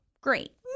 Great